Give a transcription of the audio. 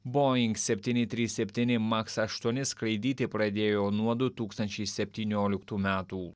boeing septyni trys septyni maks aštuoni skraidyti pradėjo nuo du tūkstančiai septynioliktų metų